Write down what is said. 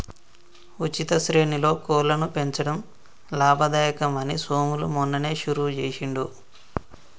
ఉచిత శ్రేణిలో కోళ్లను పెంచడం లాభదాయకం అని సోములు మొన్ననే షురువు చేసిండు